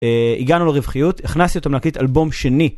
הגענו לרווחיות, הכנסתי אותו מלכית אלבום שני.